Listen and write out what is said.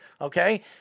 Okay